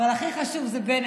אבל הכי חשוב זה בנט.